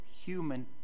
human